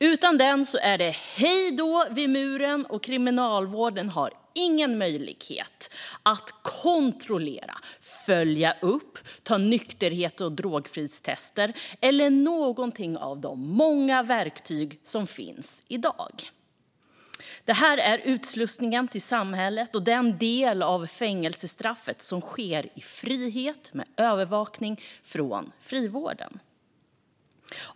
Utan den är det hej då vid muren, och sedan har Kriminalvården ingen möjlighet att kontrollera, följa upp, göra nykterhets och drogfrihetstester eller använda något annat av de många verktyg som i dag finns. Det handlar om utslussning till samhället och om den del av fängelsestraffet som sker i frihet, med övervakning från frivården.